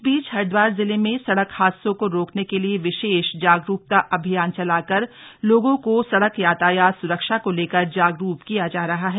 इस बीच हरिद्वार जिले में सड़क हादसों को रोकने के लिए विशेष जागरूकता अभियान चला कर लोगों को सड़क यातायात सुरक्षा को लेकर जागरूक किया जा रहा है